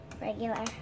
Regular